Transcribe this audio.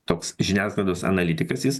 toks žiniasklaidos analitikas jis